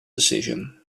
decision